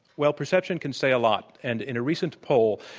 well, perception can say a lot, and in a recent poll,